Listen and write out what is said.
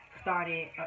started